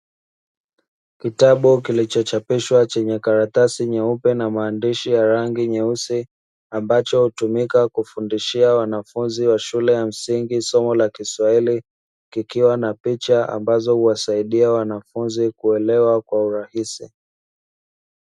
Kitabu kilichochapishwa chenye karatasi nyeupe na maandishi ya rangi nyeusi, ambacho hutumika kufundisha wanafunzi wa shule ya msingi somo la Kiswahili. Kikiwa na picha ambazo huwasaidia wanafunzi kuelewa kwa urahisi.